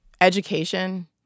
Education